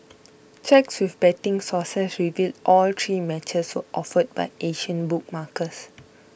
checks with betting sources revealed all three matches were offered by Asian bookmakers